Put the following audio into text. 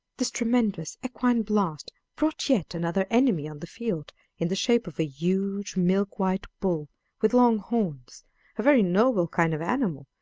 this tremendous equine blast brought yet another enemy on the field in the shape of a huge milk-white bull with long horns a very noble kind of animal,